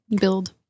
build